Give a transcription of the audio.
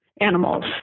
animals